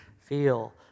feel